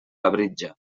labritja